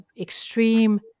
extreme